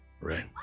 right